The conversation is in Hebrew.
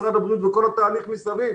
משרד הבריאות וכל התהליך מסביב.